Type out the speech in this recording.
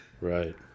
right